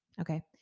okay